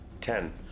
Ten